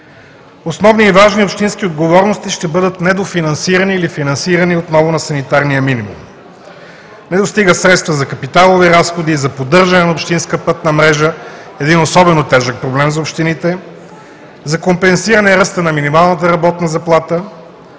Основни и важни общински отговорности ще бъдат недофинансирани или финансирани отново на санитарния минимум. Не достигат средства за капиталови разходи и за поддържане на общинска пътна мрежа – един особено тежък проблем за общините, за компенсиране ръста на минималната работна заплата,